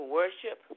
worship